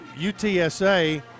UTSA